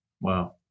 Wow